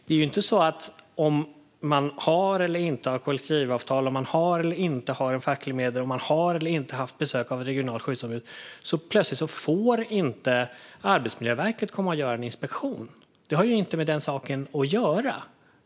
Det är ju inte så att om man har eller inte har kollektivavtal, om man har eller inte har en facklig medlem, om man har eller inte har haft besök av ett regionalt skyddsombud får Arbetsmiljöverket plötsligt inte komma och göra en inspektion. Det har inget med den saken att göra.